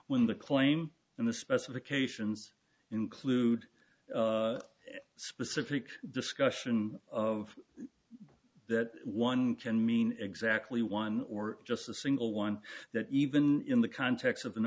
when the claim and the specifications include specific discussion of that one can mean exactly one or just a single one that even in the context of an